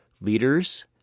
leaders